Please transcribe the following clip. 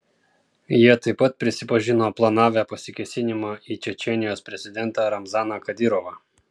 jie taip pat prisipažino planavę pasikėsinimą į čečėnijos prezidentą ramzaną kadyrovą